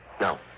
No